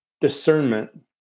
discernment